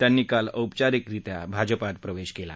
त्यांनी काल औपचारिकरित्या भाजपात प्रवधाकला